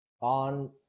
on